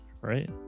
right